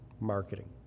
marketing